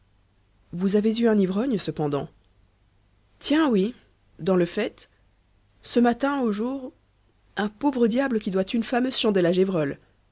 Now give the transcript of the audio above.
vous avez eu un ivrogne cependant tiens oui dans le fait ce matin au jour un pauvre diable qui doit une fameuse chandelle